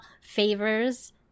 favors